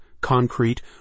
concrete